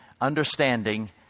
understanding